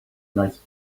nice